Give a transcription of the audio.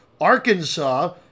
Arkansas